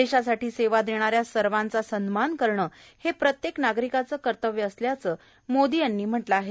देशासाठी सेवा देणाऱ्या सर्वांचा सन्मान करणं हे प्रत्येक नागरिकांचं कर्तव्य असल्याचं मोदी यांनी म्हटलं आहे